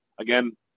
Again